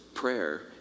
Prayer